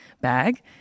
bag